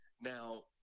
Now